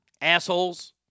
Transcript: Assholes